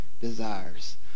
Desires